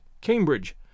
Cambridge